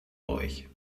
euch